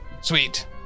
Sweet